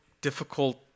difficult